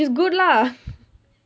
good lah